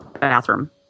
bathroom